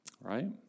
Right